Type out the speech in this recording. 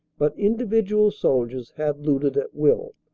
but individual soldiers had looted at will.